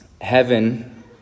heaven